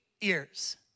years